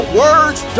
words